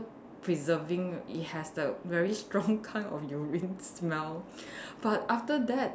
preserving it has the very strong kind of urine smell but after that